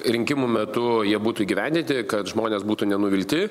rinkimų metu jie būtų įgyvendinti kad žmonės būtų nenuvilti